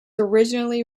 originally